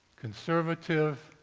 conservative,